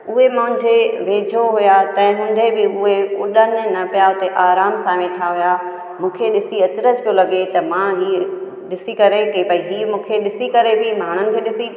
उहे मुंहिंजे वेझो हुया त तंहिं हूंदे बि उहे उॾनि न पिया उते आराम सां वेठा हुआ मूंखे ॾिसी अचरज पियो लॻे त मां हीअं ॾिसी करे की भाई हीअं मूंखे ॾिसी करे बि माण्हुनि खे ॾिसी